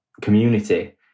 community